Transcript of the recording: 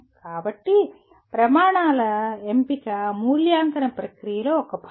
కాబట్టి ప్రమాణాల ఎంపిక మూల్యాంకన ప్రక్రియలో ఒక భాగం